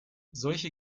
solche